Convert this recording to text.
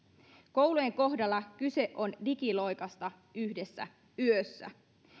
koulujen kohdalla kyse on digiloikasta yhdessä yössä